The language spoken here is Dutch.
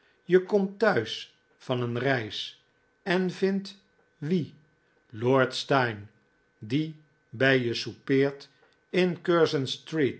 je komt thuis van een reis en vindt wien lord steyne die bij je soupeert in curzon street